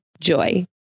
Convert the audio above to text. Joy